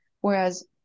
Whereas